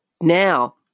Now